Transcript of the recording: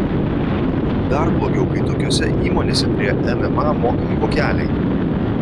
dar blogiau kai tokiose įmonėse prie mma mokami vokeliai